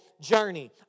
journey